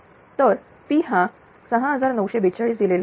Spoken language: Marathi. तर P हा 6942 दिलेला आहे